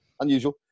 Unusual